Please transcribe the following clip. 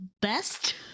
best